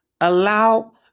Allow